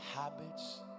habits